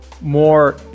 more